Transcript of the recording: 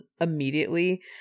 immediately